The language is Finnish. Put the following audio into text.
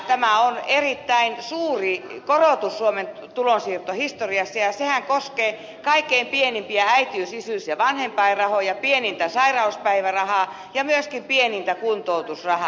tämä on erittäin suuri korotus suomen tulonsiirtohistoriassa ja sehän koskee kaikkein pienimpiä äitiys isyys ja vanhempainrahoja pienintä sairauspäivärahaa ja myöskin pienintä kuntoutusrahaa